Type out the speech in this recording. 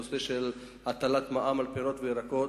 נושא של הטלת מע"מ על פירות וירקות.